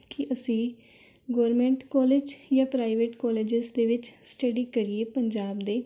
ਕਿ ਅਸੀਂ government college ਜਾਂ ਪ੍ਰਾਈਵੇਟ ਕੋਲੇਜਿਸ ਦੇ ਵਿੱਚ ਸਟੱਡੀ ਕਰੀਏ ਪੰਜਾਬ ਦੇ